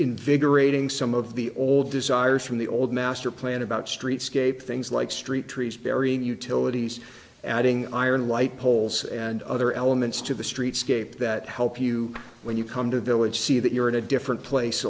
invigorating some of the old desires from the old master plan about streetscape things like street trees burying utilities adding iron light poles and other elements to the street scape that help you when you come to a village see that you're in a different place